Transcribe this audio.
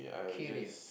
career